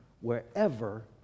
wherever